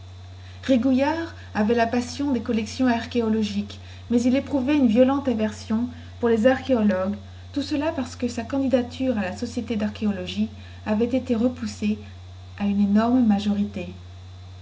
rigouillard avait la passion des collections archéologiques mais il éprouvait une violente aversion pour les archéologues tout cela parce que sa candidature à la société darchéologie avait été repoussée à une énorme majorité